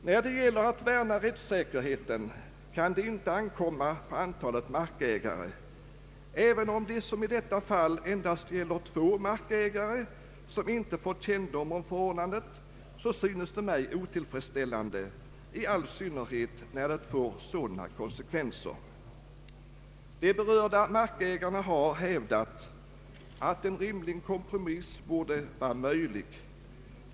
När det gäller att värna rättssäkerheten kan det inte ankomma på antalet markägare. Även om det som i detta fallet endast gäller två markägare, som inte fått kännedom om förordnandet, så synes det mig otillfredsställande, i all synnerhet när det får sådana konsekvenser. De berörda markägarna har hävdat, att en rimlig kompromiss borde vara möjlig.